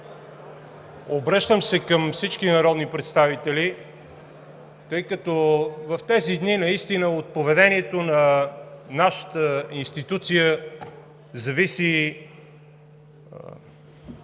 Обръщам се към всички народни представители, тъй като в тези дни наистина от поведението на нашата институция зависи